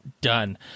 done